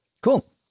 Cool